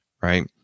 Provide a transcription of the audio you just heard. right